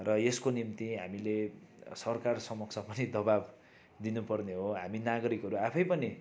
र यसको निम्ति हामीले सरकारसमक्ष पनि दवाब दिनुपर्ने हो हामी नागरिकहरू आफै पनि